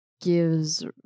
gives